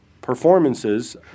performances